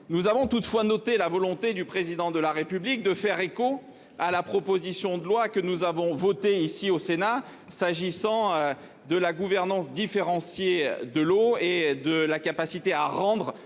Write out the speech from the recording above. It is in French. Nous avons toutefois noté la volonté du président de la République de faire écho à la proposition de loi que nous avons voté ici au Sénat, s'agissant de la gouvernance différencier de l'eau et de la capacité à rendre